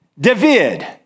David